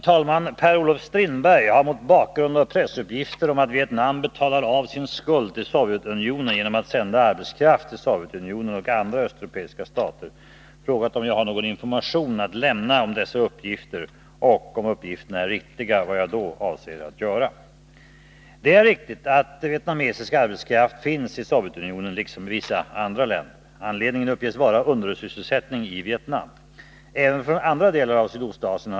”Det blir en bro mellan Bockholmen och Klädesholmen på Tjörn”, meddelade utrikesministern, folkpartiledaren Ola Ullsten vid ett framträdande på Orust den 6 mars 1982. När kommer beslutet om pengar till detta brobygge? Enligt pressuppgifter tvingas Vietnam nu betala av på sin krigsskuld till Sovjetunionen genom att sända hundratusentals arbetare till oljeoch gasfälten i Sibirien och även till industrier i Östeuropa.